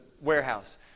warehouse